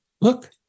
Look